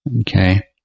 Okay